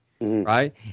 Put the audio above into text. Right